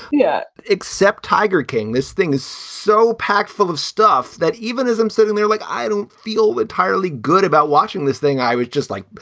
yeah, except tiger. king. this thing is so packed full of stuff that even as i'm sitting there like i feel entirely good about watching this thing, i was just like.